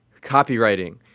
copywriting